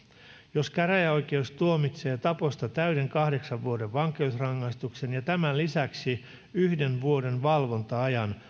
jos käräjäoikeus tuomitsee taposta täyden kahdeksan vuoden vankeusrangaistuksen ja tämän lisäksi yhden vuoden valvonta ajan